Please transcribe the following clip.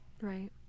Right